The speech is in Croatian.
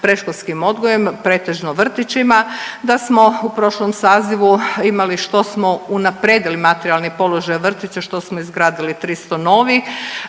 predškolskim odgojem, pretežno vrtićima, da smo u prošlom sazivu imali što smo unaprijedili materijalni položaj vrtića što smo izgradili 300 novih,